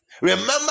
Remember